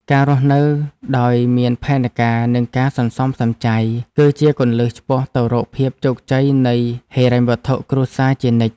ការរស់នៅដោយមានផែនការនិងការសន្សំសំចៃ គឺជាគន្លឹះឆ្ពោះទៅរកភាពជោគជ័យនៃហិរញ្ញវត្ថុគ្រួសារជានិច្ច។